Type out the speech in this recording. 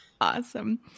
Awesome